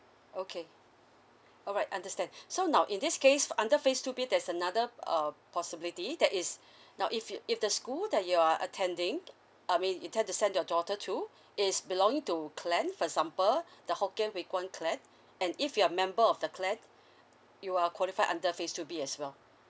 okay alright understand so now in this case under phase two B there's another uh possibility that is now if your if the school that you're attending I mean intend to send your daughter to is belonging to clan for example the hokkien huay kuan clan and if you're a member of the clan you are qualified under phase two B as well